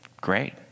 great